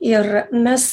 ir mes